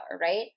right